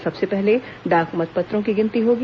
सबसे पहले डाक मतपत्रों की गिनती होगी